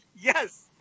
Yes